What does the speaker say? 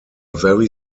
very